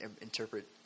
interpret